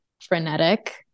frenetic